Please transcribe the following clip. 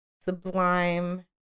sublime